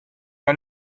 pas